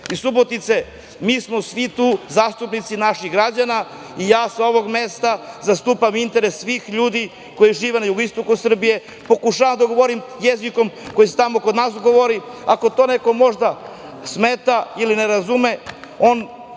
Subotice, mi smo svi tu zastupnici naših građana i ja sa ovog mesta zastupam interes svih ljudi koji žive na jugoistoku Srbije, pokušavam da govorim jezikom koji se tamo kod nas govori. Ako to nekom možda smeta ili ne razume, on